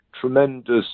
tremendous